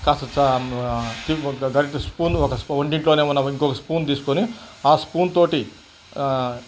కాస్తా గరిట స్పూను ఒక స్పూను వంటింట్లో ఉన్న ఇంకో స్పూన్ తీసుకోని ఆ స్పూన్ తోటి